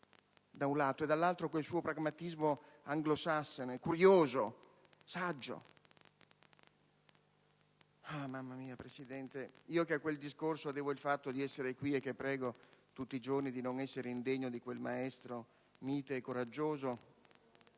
da un lato, e, dall'altro, di quel suo pragmatismo anglosassone, curioso e saggio. Presidente, io, che a quel discorso devo il fatto di essere qui e che prego tutti i giorni di non essere indegno di quel maestro mite e coraggioso,